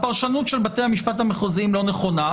הפרשנות של בתי המשפט המחוזיים לא נכונה,